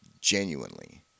genuinely